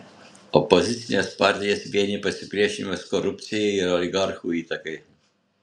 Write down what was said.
opozicines partijas vienija pasipriešinimas korupcijai ir oligarchų įtakai